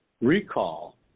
recall